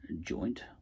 joint